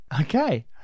Okay